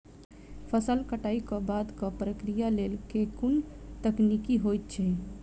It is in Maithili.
फसल कटाई केँ बादक प्रक्रिया लेल केँ कुन तकनीकी होइत अछि?